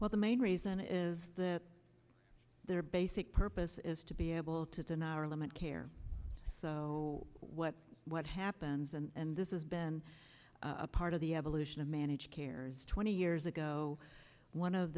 well the main reason is that their basic purpose is to be able to deny or limit care so what what happens and this is been a part of the evolution of managed care is twenty years ago one of